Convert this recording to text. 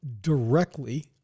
directly